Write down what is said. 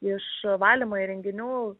iš valymo įrenginių